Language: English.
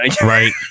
Right